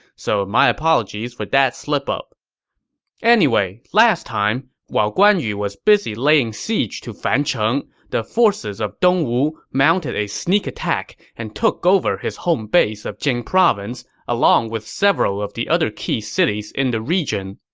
so my apologies for that slip-up anyway, last time, while guan yu was busy laying siege to fancheng, the forces of dongwu mounted a sneak attack and took over his home base of jing province, along with several of the other key cities in the region.